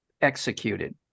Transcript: executed